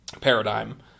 paradigm